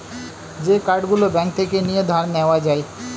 যে কার্ড গুলো ব্যাঙ্ক থেকে নিয়ে ধার নেওয়া যায়